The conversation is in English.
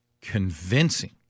convincing